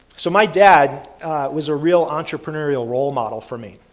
so, my dad was a real entrepreneurial role model for me.